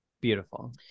beautiful